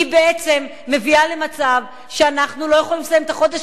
היא בעצם מביאה למצב שאנחנו לא יכולים לסיים את החודש